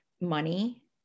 money